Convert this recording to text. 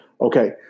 okay